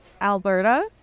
Alberta